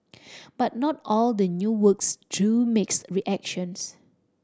but not all the new works drew mixed reactions